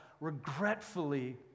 regretfully